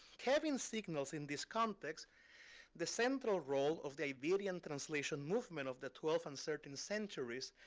kevin signals in this context the central role of the iberian translation movement of the twelfth and thirteenth centuries,